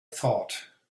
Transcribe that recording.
thought